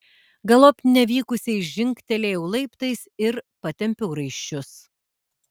galop nevykusiai žingtelėjau laiptais ir patempiau raiščius